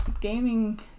gaming